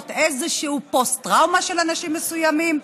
איזושהי פוסט-טראומה של אנשים מסוימים.